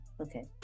okay